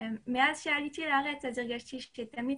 בארץ כי מאז שעליתי לארץ הרגשתי שתמיד